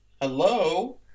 Hello